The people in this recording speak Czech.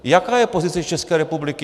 Jaká je pozice České republiky?